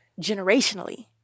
generationally